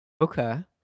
Okay